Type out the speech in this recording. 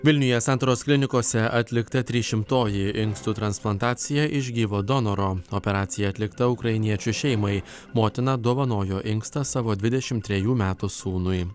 vilniuje santaros klinikose atlikta trysšimtoji inkstų transplantacija iš gyvo donoro operacija atlikta ukrainiečių šeimai motina dovanojo inkstą savo dvidešim trejejų metų sūnui